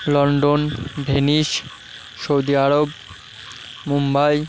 London Venice Saudi Arab Mumbai